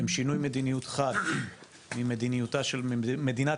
הם שינוי מדיניות חד ממדיניותה של מדינת